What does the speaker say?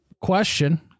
question